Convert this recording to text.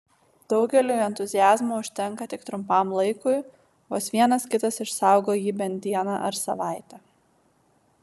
daugeliui entuziazmo užtenka tik trumpam laikui vos vienas kitas išsaugo jį bent dieną ar savaitę